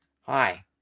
Hi